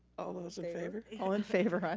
all those in favor? all in favor?